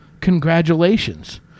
congratulations